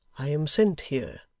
i am sent here